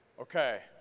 Okay